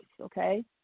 okay